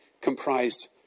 comprised